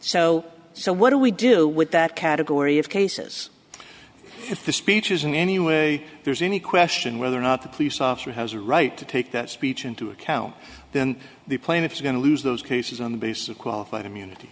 so so what do we do with that category of cases if the speech is in any way there's any question whether or not the police officer has a right to take that speech into account then the plaintiffs are going to lose those cases on the basis of qualified immunity